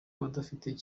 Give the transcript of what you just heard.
abadafite